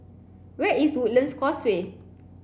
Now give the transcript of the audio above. where is Woodlands Causeway